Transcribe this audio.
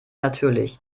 natürlich